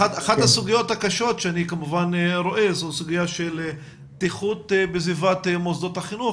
אחת הסוגיות הקשות שאני רואה היא סוגיית הבטיחות בסביבת מוסדות החינוך.